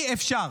אי-אפשר